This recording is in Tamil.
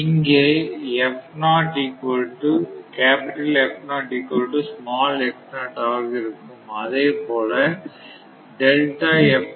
இங்கே ஆக இருக்கும் அதே போல ஆக இருக்கும்